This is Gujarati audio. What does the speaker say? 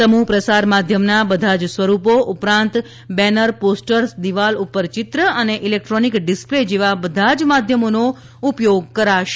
સમૂહ પ્રસાર માધ્યમના બધા જ સ્વરૂપો ઉપરાંત બેનર પોસ્ટર દીવાલ ઉપર ચિત્ર અને ઇલેક્ટ્રોનિક ડિસપ્લે જેવા બધા જ માધ્યમોનો ઉપયોગ કરાશે